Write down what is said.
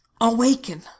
awaken